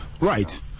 Right